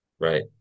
Right